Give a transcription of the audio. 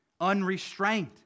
unrestrained